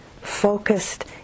focused